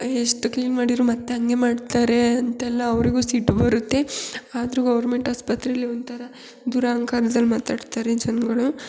ಎಷ್ಟು ಕ್ಲೀನ್ ಮಾಡಿದ್ರೂ ಮತ್ತೆ ಹಂಗೆ ಮಾಡ್ತಾರೆ ಅಂತೆಲ್ಲ ಅವರಿಗೂ ಸಿಟ್ಟು ಬರುತ್ತೆ ಆದರೂ ಗೌರ್ಮೆಂಟ್ ಆಸ್ಪತ್ರೆಯಲ್ಲಿ ಒಂಥರ ದುರಂಕಾರ್ದಲ್ಲಿ ಮಾತಾಡ್ತಾರೆ ಜನಗಳು